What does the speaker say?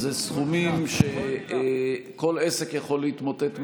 אלה סכומים שכל עסק יכול להתמוטט מהם,